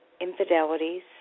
infidelities